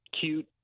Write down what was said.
cute